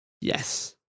Yes